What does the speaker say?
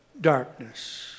darkness